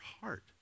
heart